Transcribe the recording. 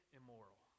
immoral